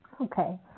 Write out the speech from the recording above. Okay